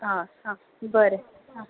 आं आं बरें आं